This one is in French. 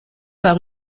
par